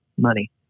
money